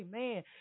amen